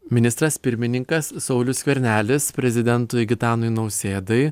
ministras pirmininkas saulius skvernelis prezidentui gitanui nausėdai